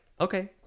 okay